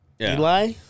Eli